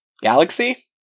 galaxy